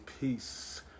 peace